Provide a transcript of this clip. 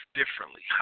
differently